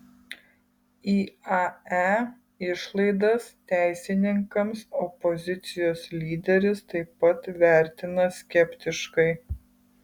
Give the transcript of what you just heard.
iae išlaidas teisininkams opozicijos lyderis taip pat vertina skeptiškai